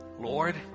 Lord